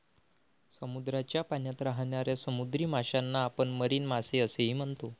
समुद्राच्या पाण्यात राहणाऱ्या समुद्री माशांना आपण मरीन मासे असेही म्हणतो